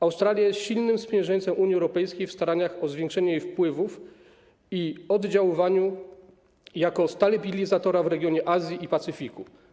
Australia jest silnym sprzymierzeńcem Unii Europejskiej w staraniach o zwiększenie jej wpływów i oddziaływania jako stabilizatora w regionie Azji i Pacyfiku.